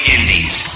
Indies